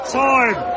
time